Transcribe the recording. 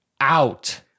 out